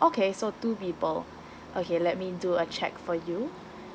okay so two people okay let me do a check for you